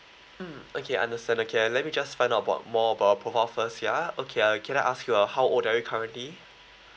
mm okay understand okay let me just find out about more for both of us ya okay I can I ask you uh how old are you currently